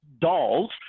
dolls